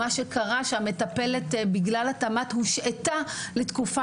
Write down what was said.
מה שקרה שהמטפלת בגלל התמ"ת הושעתה לתקופה